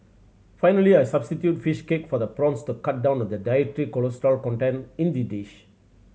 finally I substitute fish cake for the prawns to cut down on the dietary cholesterol content in the dish